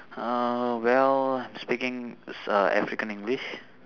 uh well I'm speaking uh african english